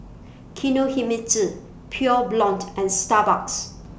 Kinohimitsu Pure Blonde and Starbucks